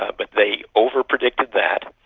ah but they over-predicted that.